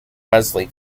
wesley